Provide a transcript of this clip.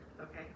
Okay